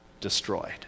destroyed